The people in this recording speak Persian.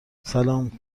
سلام